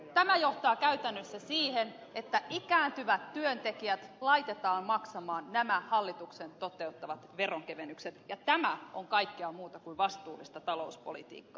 tämä johtaa käytännössä siihen että ikääntyvät työntekijät laitetaan maksamaan nämä hallituksen toteuttamat veronkevennykset ja tämä on kaikkea muuta kuin vastuullista talouspolitiikkaa